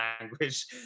language